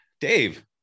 Dave